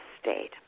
state